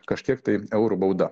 kažkiek tai eurų bauda